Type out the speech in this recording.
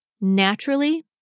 naturally